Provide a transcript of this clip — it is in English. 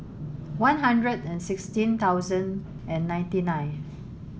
one hundred and sixteen thousand and ninety nine